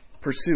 pursue